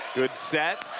good set.